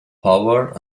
power